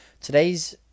today's